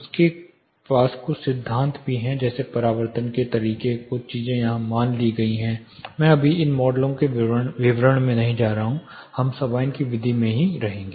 उनके पास कुछ सिद्धांत भी हैं जैसे परावर्तन के तरीके कुछ चीजें यहां मान ली गई हैं मैं अभी इन मॉडलों के विवरण में नहीं जा रहा हूं हम सबाइन की विधि मैं ही रहेंगे